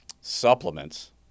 supplements